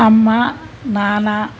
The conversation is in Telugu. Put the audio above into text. అమ్మ నాన్న